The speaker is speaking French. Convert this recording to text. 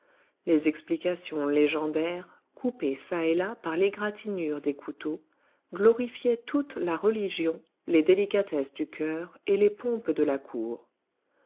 les explications légendaires coupées çà et là par l'égratignure des couteaux glorifiaient toutes la religion les délicatesses du coeur et les pompes de la cour